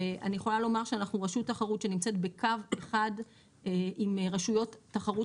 אני יכולה לומר שאנחנו רשות תחרות שנמצאת בקו אחד עם רשויות תחרות